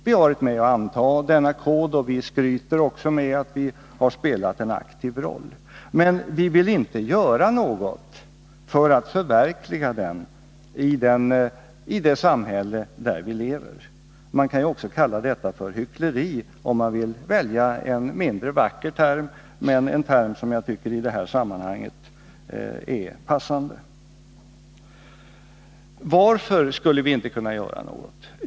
Vi har varit med om att anta denna kod och vi skryter med att vi har spelat en aktiv roll, men vi villinte göra någonting för att förverkliga den i det samhälle där vi lever. Man kan ju också kalla detta för hyckleri, om man vill välja en mindre vacker term, men en term som jag tycker i det här sammanhanget är passande. Varför skulle vi inte kunna göra något?